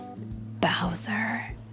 Bowser